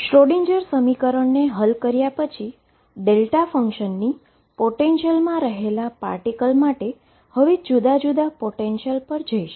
Schrodinger સમીકરણને હલ કર્યા પછી ફંક્શનની પોટેંશિયલમા રહેલા પાર્ટીકલ માટે હવે હું જુદા જુદા પોટેંશિયલ પર જઈશ